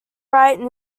write